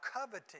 coveting